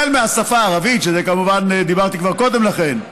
השפה הערבית, על זה כמובן דיברתי כבר קודם לכן,